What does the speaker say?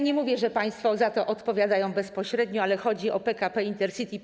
Nie mówię, że państwo za to odpowiadają bezpośrednio, ale chodzi o PKP Intercity.